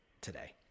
today